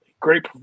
Great